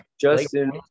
justin